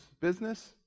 business